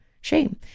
Shame